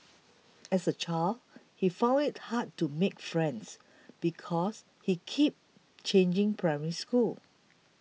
as a child he found it hard to make friends because he kept changing Primary Schools